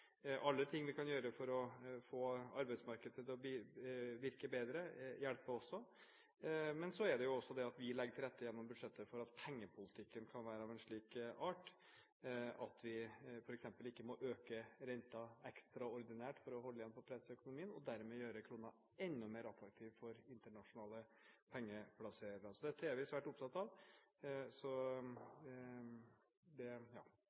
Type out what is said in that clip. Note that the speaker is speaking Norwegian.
Alle ting vi kan gjøre for å få arbeidsmarkedet til å virke bedre, hjelper også. Men så er det også viktig at vi legger til rette gjennom budsjettet for at pengepolitikken kan være av en slik art at vi f.eks. ikke må øke renten ekstraordinært for å holde igjen på presset i økonomien og dermed gjøre kronen enda mer attraktiv for internasjonale pengeplasserere. Så dette er vi svært opptatt av.